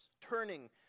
turning